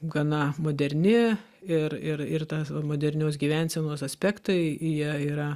gana moderni ir ir ir ta modernios gyvensenos aspektai jie yra